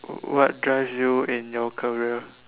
what drive you in your career